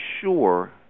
sure